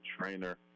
trainer